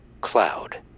Cloud